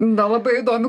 na labai įdomi